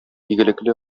игелекле